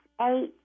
eight